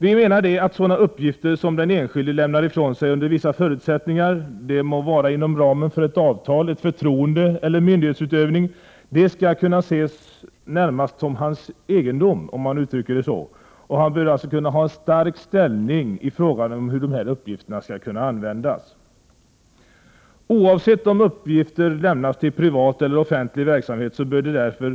Vi menar att sådana uppgifter som den enskilde lämnar ifrån sig under vissa förutsättningar, det må vara inom ramen för ett avtal, ett förtroende eller en myndighetsutövning, skall kunna ses som hans ”egendom”, och han bör kunna ha en stark ställning i frågan om hur dessa uppgifter skall kunna användas. Oavsett om uppgifter lämnats till privat eller offentlig verksamhet bör 137 Prot.